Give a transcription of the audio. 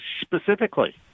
specifically